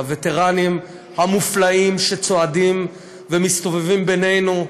לווטרנים המופלאים שצועדים ומסתובבים בינינו.